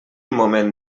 moment